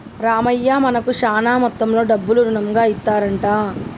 రామయ్య మనకు శాన మొత్తంలో డబ్బులు రుణంగా ఇస్తారంట